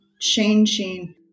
changing